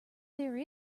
there